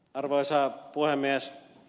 arvoisa puhemies